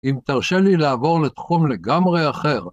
אם תרשה לי לעבור לתחום לגמרי אחר